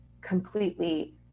completely